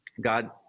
God